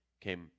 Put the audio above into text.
came